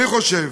אני חושב